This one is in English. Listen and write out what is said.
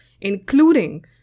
including